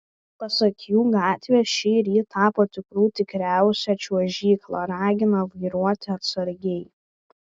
pasak jų gatvės šįryt tapo tikrų tikriausia čiuožykla ragina vairuoti atsargiai